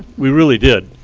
we really did.